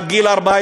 עד גיל 14,